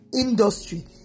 industry